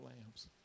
lambs